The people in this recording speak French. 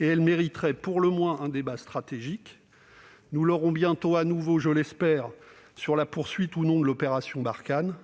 et elle mériterait pour le moins un débat stratégique. J'espère par exemple que nous pourrons débattre de la poursuite, ou non, de l'opération Barkhane.